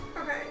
Okay